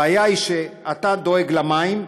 הבעיה היא שאתה דואג למים.